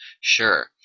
sure